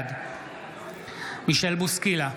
בעד מישל בוסקילה,